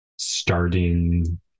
starting